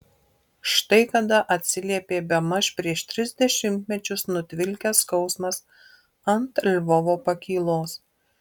štai kada atsiliepė bemaž prieš tris dešimtmečius nutvilkęs skausmas ant lvovo pakylos